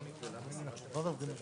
הדבר השני,